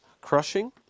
crushing